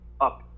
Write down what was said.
up